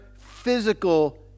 physical